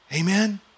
Amen